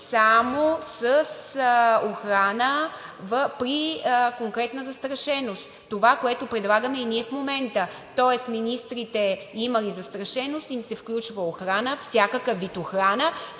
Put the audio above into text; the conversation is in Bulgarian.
само с охрана при конкретна застрашеност – това, което предлагаме и ние в момента. Тоест на министрите, имали застрашеност, им се включва охрана, всякакъв вид охрана.